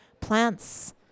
plants